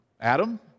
Adam